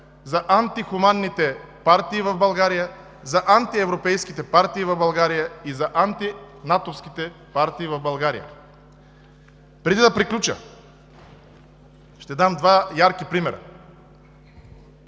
за антихуманните партии в България, за антиевропейските партии в България и за антинатовските партии в България. Преди да приключа, ще дам два ярки примера: